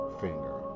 finger